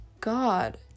God